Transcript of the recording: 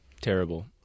terrible